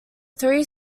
three